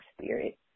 spirit